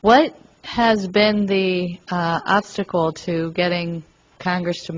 what has been the obstacle to getting congress to